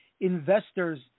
investors